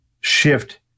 shift